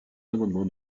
l’amendement